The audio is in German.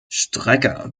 strecker